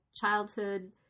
childhood